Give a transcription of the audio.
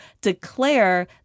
declare